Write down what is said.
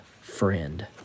Friend